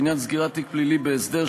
בעניין סגירת תיק פלילי בהסדר,